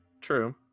true